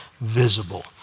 visible